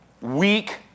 weak